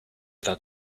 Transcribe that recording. that